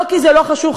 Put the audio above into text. לא כי זה לא חשוב,